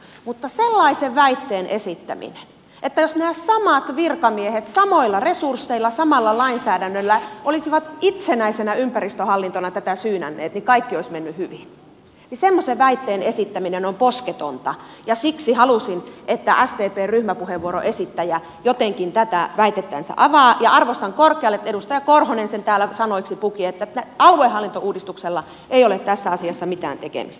mutta sellaisen väitteen esittäminen että jos nämä samat virkamiehet samoilla resursseilla ja samalla lainsäädännöllä olisivat itsenäisenä ympäristöhallintona tätä syynänneet kaikki olisi mennyt hyvin on posketonta ja siksi halusin että sdpn ryhmäpuheenvuoron esittäjä jotenkin tätä väitettänsä avaa ja arvostan korkealle että edustaja korhonen sen täällä sanoiksi puki että aluehallintouudistuksella ei ole tässä asiassa mitään tekemistä